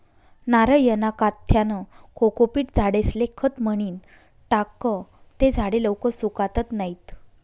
नारयना काथ्यानं कोकोपीट झाडेस्ले खत म्हनीन टाकं ते झाडे लवकर सुकातत नैत